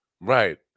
Right